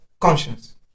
conscience